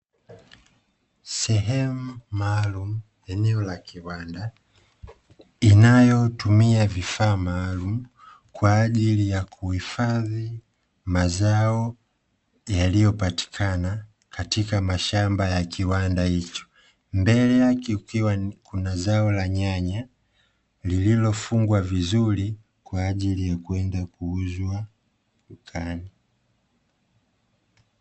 Sehemu maalumu eneo la kiwanda inayotumia vifaa maalumu kwa ajili ya kuifadhi mazao yaliyopatikana katika mashamba ya kiwanda hicho, mbele yake kukiwa kuna zao la nyanya lilifungwa vizuri kwa ajili ya kwenda kuuzwa dukani.